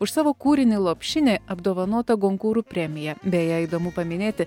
už savo kūrinį lopšinė apdovanota gonkūrų premija beje įdomu paminėti